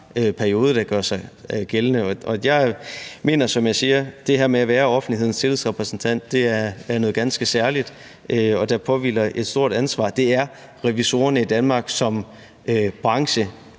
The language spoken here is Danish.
periode, der gør sig gældende. Jeg mener, som jeg siger, at det her med at være offentlighedens tillidsrepræsentant er noget ganske særligt, og der påhviler et stort ansvar. Det er revisorerne i Danmark som branche